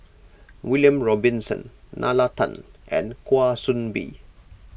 William Robinson Nalla Tan and Kwa Soon Bee